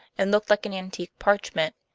and looked like an antique parchment,